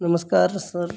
नमस्कार सर